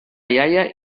iaia